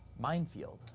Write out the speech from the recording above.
mine field?